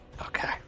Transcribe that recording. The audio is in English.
Okay